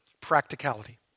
practicality